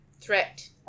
threat